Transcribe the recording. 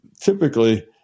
typically